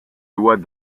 lois